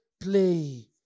play